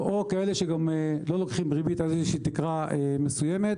יש כאלה שלא לוקחים ריבית עד תקרה מסוימת.